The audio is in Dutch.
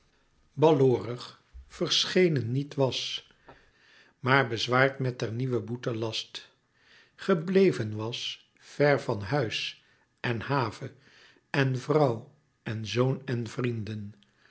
baloorig verschenen niet was maar bezwaard met der nieuwe boete last gebleven was ver van huis en have en vrouw en zoon en vrienden